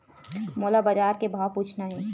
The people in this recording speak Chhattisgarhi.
मोला बजार के भाव पूछना हे?